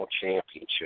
championship